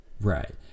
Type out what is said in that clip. right